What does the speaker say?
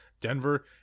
Denver